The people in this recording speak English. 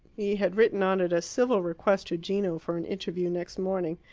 he had written on it a civil request to gino for an interview next morning.